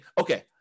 okay